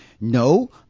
no